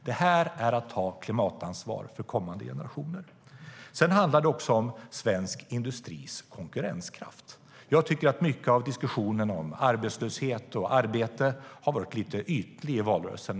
Det här är att ta klimatansvar för kommande generationer. Det handlar också om svensk industris konkurrenskraft. Jag tycker att mycket av diskussionen om arbetslöshet och arbete i valrörelsen var lite ytlig.